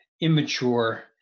immature